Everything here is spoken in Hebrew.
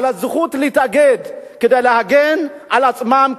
הזכות להתאגד כדי להגן על עצמם כעובדים.